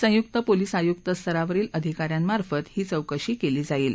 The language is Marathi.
संयुक्त पोलीस आयुक्त स्तरावरील अधिकाऱ्यांमार्फत ही चौकशी केली जाईल